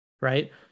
right